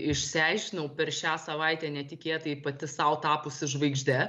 išsiaiškinau per šią savaitę netikėtai pati sau tapusi žvaigžde